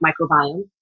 microbiome